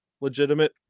legitimate